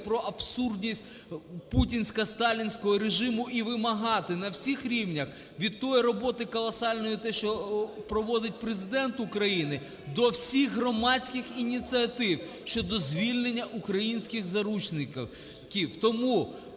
про абсурдність путінсько-сталінського режиму і вимагати на всіх рівнях від тої роботи колосальної – те, що проводить Президент України – до всіх громадських ініціатив щодо звільнення українських заручників.